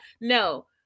No